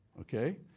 okay